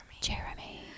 jeremy